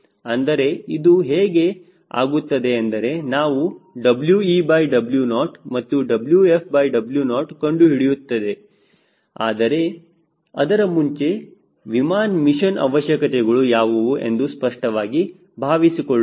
ಅಂದರೆ ಇದು ಹೇಗೆ ಆಗುತ್ತದೆ ಎಂದರೆ ನಾವು WeW0 ಮತ್ತುWfW0 ಕಂಡುಹಿಡಿಯುತ್ತದೆ ಆದರೆ ಅದರ ಮುಂಚೆ ವಿಮಾನ ಮಿಷನ್ ಅವಶ್ಯಕತೆಗಳು ಯಾವುವು ಎಂದು ಸ್ಪಷ್ಟವಾಗಿ ಭಾವಿಸಿ ಕೊಳ್ಳುತ್ತೇವೆ